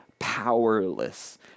powerless